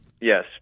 Yes